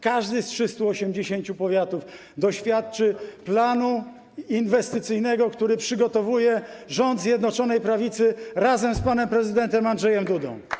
Każdy z 380 powiatów doświadczy planu inwestycyjnego, który przygotowuje rząd Zjednoczonej Prawicy razem z panem prezydentem Andrzejem Dudą.